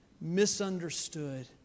misunderstood